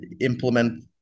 implement